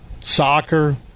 soccer